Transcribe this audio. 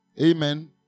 Amen